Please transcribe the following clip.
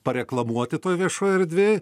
pareklamuoti toj viešoj erdvėj